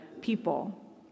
people